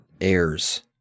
airs